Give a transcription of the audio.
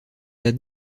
l’as